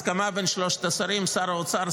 הסכמה בין שלושת השרים: שר האוצר,